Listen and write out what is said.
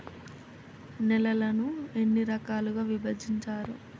నేలలను ఎన్ని రకాలుగా విభజించారు?